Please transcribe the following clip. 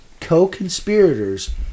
co-conspirators